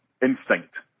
instinct